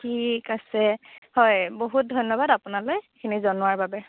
ঠিক আছে হয় বহুত ধন্যবাদ আপোনালৈ এইখিনি জনোৱাৰ বাবে